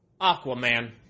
Aquaman